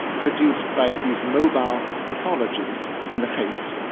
produced by these mobile pathologies in the face